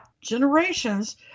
generations